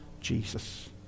Jesus